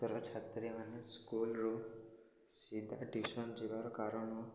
ଛାତ୍ରୀମାନେ ସ୍କୁଲରୁ ସିଧା ଟ୍ୟୁସନ୍ ଯିବାର କାରଣ